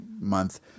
month